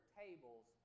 tables